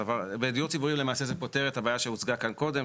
בדיור ציבורי זה למעשה פותר את הבעיה שהוצגה כאן קודם,